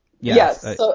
yes